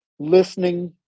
listening